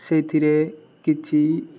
ସେଇଥିରେ କିଛି